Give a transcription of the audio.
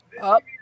Up